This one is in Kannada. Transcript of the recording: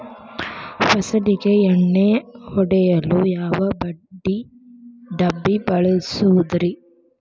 ಫಸಲಿಗೆ ಎಣ್ಣೆ ಹೊಡೆಯಲು ಯಾವ ಡಬ್ಬಿ ಬಳಸುವುದರಿ?